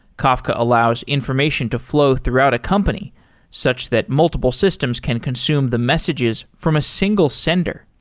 kafka allows information to flow throughout a company such that multiple systems can consume the messages from a single sender.